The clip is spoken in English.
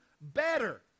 better